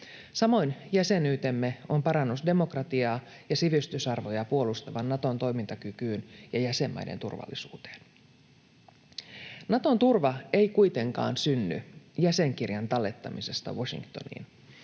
Samoin jäsenyytemme on parannus demokratiaa ja sivistysarvoja puolustavan Naton toimintakykyyn ja jäsenmaiden turvallisuuteen. Naton turva ei kuitenkaan synny jäsenkirjan tallettamisesta Washingtoniin.